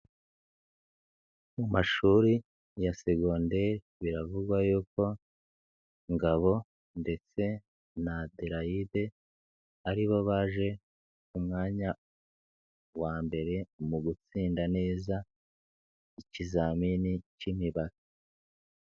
Mu mashuri ya segonderi biravugwa yuko Ngabo ndetse na Delaide, aribo baje ku mwanya wa mbere mu gutsinda neza ikizamini k'imibare.